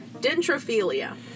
Dentrophilia